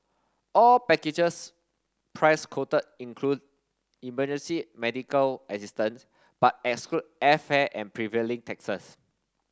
all packages price quoted include emergency medical assistance but exclude airfare and prevailing taxes